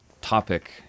topic